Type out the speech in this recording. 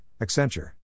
Accenture